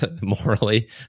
morally